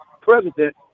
president